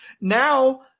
Now